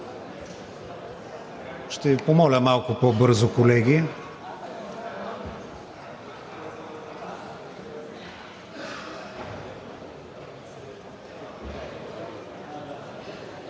Ви помоля малко по-бързо, колеги.